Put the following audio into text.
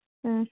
ꯎꯝ